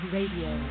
Radio